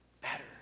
better